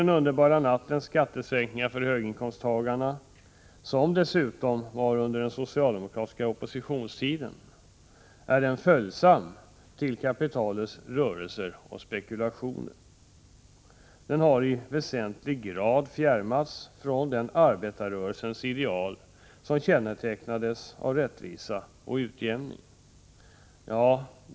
den underbara nattens överenskommelse om skattesänkningar för höginkomsttagarna, som dessutom träffades under den socialdemokratiska oppositionstiden. Regeringspolitiken är också följsam till kapitalets rörelser och spekulationer. Den har i väsentlig grad fjärmats från de arbetarrörelsens ideal som innefattade rättvisa och utjämning.